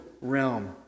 realm